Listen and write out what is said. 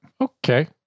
Okay